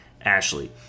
Ashley